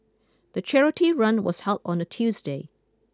the charity run was held on a Tuesday